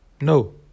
no